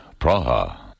Praha